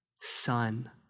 son